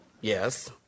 Yes